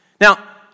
Now